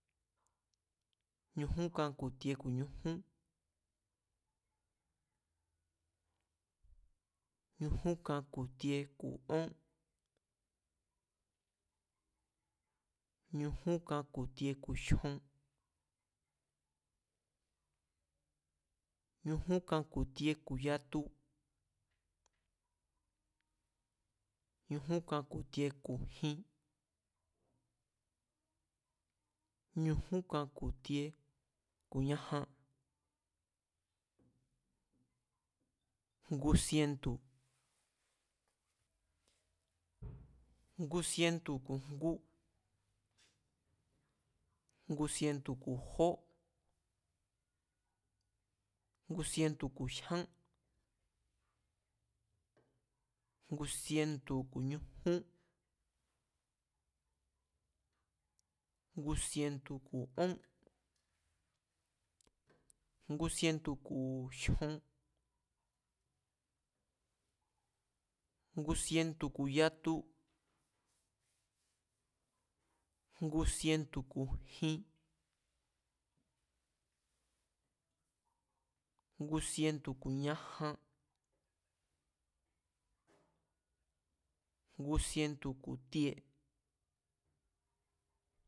Ñujún kan ku̱ ti̱e̱ ku̱ ñujún, ñujún kan ku̱ ti̱e̱ ku̱ ón ñujún kan ku̱ tie ku̱ jyon, ñujún kan ku̱ tie ku̱ yatu, ñujún kan ku̱ ti̱e̱ ku̱ jin, ñujún kan ku̱ tie ku̱ ñajan, ngu sientu̱, ngu sientu̱ ku̱ jó ngu sientu̱ ku̱ jyán, ngu sientu̱ ku̱ ñujún, ngu sientu̱ ku̱ ón, ngu sientu̱ ku̱ jyon, ngu sientu̱ ku̱ yatu, ngu sientu̱ ku̱ jin, ngu sientu̱ ku̱ ñajan, ngu sientu̱ ku̱ tie